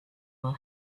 will